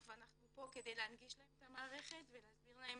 ואנחנו פה כדי להנגיש להם את המערכת ולהסביר להם